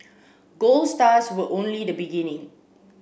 gold stars were only the beginning